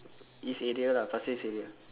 east area lah pasir ris area